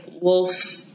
wolf